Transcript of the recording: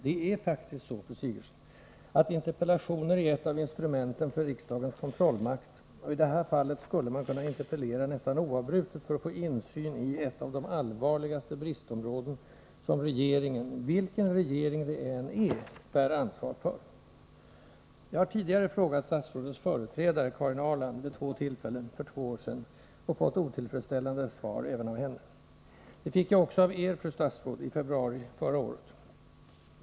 Det är faktiskt så, fru Sigurdsen, att interpellationer är ett av instrumenten för riksdagens kontrollmakt, och i det här fallet skulle man kunna interpellera nästan oavbrutet för att få insyn i ett av de allvarligaste bristområden som regeringen — vilken regering det än är — bär ansvar för. Jag har tidigare frågat statsrådets företrädare, Karin Ahrland, vid två tillfällen för två år sedan och fått otillfredsställande svar även av henne. Det fick jag också av er, fru statsråd, i februari förra året.